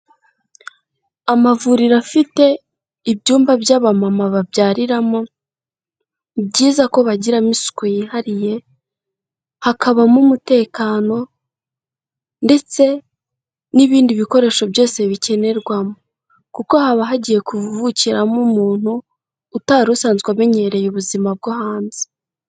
Amavuriro afite ibyumba by'abamama babyariramo, ni byiza ko bagiramo isuku yihariye, hakabamo umutekano ndetse n'ibindi bikoresho byose bikenerwamo, kuko haba hagiye kuvukiramo umuntu utari usanzwe umenyereye ubuzima bwo hanze.